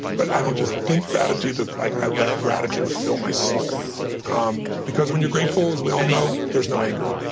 but i don't just think gratitude. it's like i let gratitude fill my soul um because when you're grateful, we all know there's no anger.